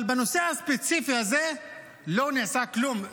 אבל בנושא הספציפי הזה לא נעשה כלום.